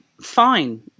fine